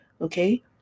okay